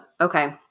Okay